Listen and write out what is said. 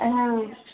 ಹಾಂ